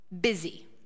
Busy